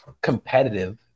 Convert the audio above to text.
competitive